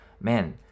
man